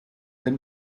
then